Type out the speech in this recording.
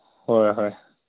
ꯍꯣꯏ ꯍꯣꯏ